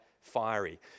fiery